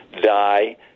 die